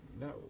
no